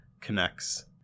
connects